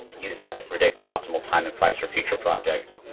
use that to predict the optimal time and price for future projects,